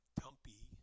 dumpy